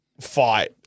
fight